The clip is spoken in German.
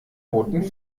roten